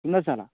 Sundarshala